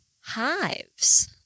hives